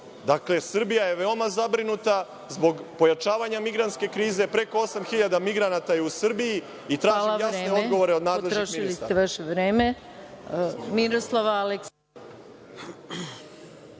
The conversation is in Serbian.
sistem? Srbija je veoma zabrinuta zbog pojačavanja migrantske krize. Preko 8.000 migranata je u Srbiji i tražim jasne odgovore od nadležnih ministara.